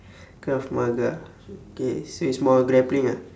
krav maga okay so it's more grappling ah